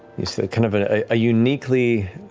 a kind of a uniquely